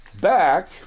back